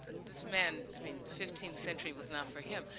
this man, i mean, fifteenth century was not for him,